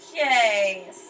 Okay